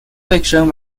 fiction